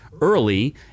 early